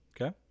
Okay